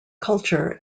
culture